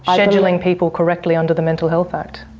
scheduling people correctly under the mental health act.